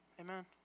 Amen